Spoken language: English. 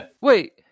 wait